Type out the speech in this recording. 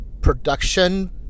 production